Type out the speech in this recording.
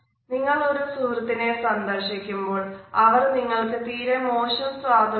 നിങ്ങൾ ഒരു സുഹൃത്തിനെ സന്ദർശിക്കുമ്പോൾ അവർ നിങ്ങൾക് തീരെ മോശം സ്വാദുള്ള ഒരു കേക്കോ ബിസ്ക്കറ്റോ വിളമ്പിയേക്കാം